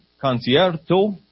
concerto